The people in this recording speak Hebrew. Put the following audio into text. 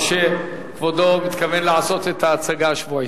שכבודו מתכוון לעשות את ההצגה השבועית?